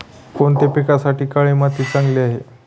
कोणत्या पिकासाठी काळी माती चांगली आहे?